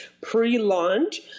pre-launch